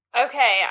Okay